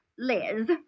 Liz